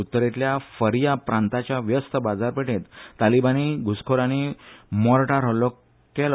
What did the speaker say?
उत्तरेंतल्या फरयाब प्रांतांतल्या व्यस्त बाजारापेठेंत तालिबानी घुसखोरांनी मोटरार हल्लो केल्लो